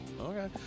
Okay